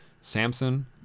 Samson